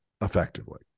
effectively